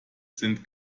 sind